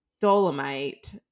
Dolomite